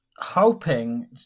Hoping